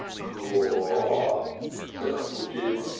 gaw! ah said uncle jim.